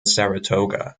saratoga